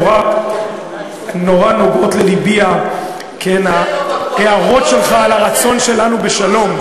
נורא נוגעות ללבי ההערות שלך על הרצון שלנו בשלום,